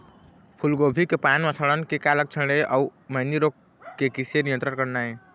फूलगोभी के पान म सड़न के का लक्षण ये अऊ मैनी रोग के किसे नियंत्रण करना ये?